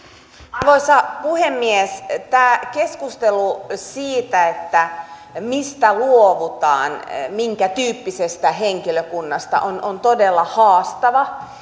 arvoisa puhemies tämä keskustelu siitä mistä luovutaan minkä tyyppisestä henkilökunnasta on on todella haastava